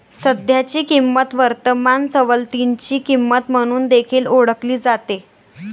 सध्याची किंमत वर्तमान सवलतीची किंमत म्हणून देखील ओळखली जाते